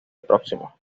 próximo